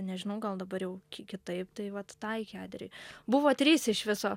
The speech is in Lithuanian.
nežinau gal dabar jau ki kitaip tai vat taikė adrijui buvo trys iš viso